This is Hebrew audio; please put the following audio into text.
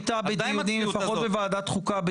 לפחות בוועדת חוקה,